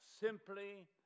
simply